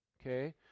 okay